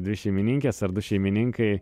dvi šeimininkės ar du šeimininkai